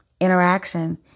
interaction